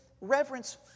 reverence